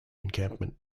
encampment